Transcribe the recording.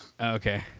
Okay